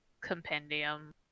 compendium